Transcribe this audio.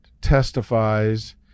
testifies